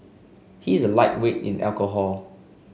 he is a lightweight in alcohol